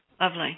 Lovely